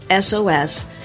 SOS